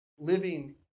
living